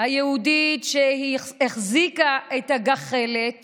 היהודית שהחזיקה את הגחלת